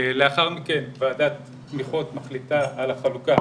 לאחר מכן ועדת תמיכות מחליטה על החלוקה